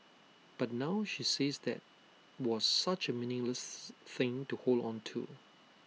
but now she says that was such A meaningless thing to hold on to